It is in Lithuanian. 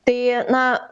tai na